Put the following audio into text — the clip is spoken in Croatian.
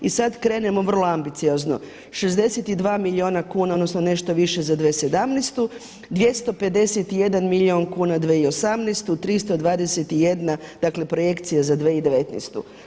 I sada krenemo vrlo ambiciozno, 62 milijuna kuna odnosno nešto više za 2017., 251 milijun kuna za 2018., 321 dakle projekcije za 2019.